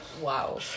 wow